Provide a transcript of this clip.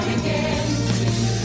again